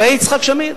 ראה יצחק שמיר,